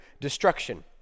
destruction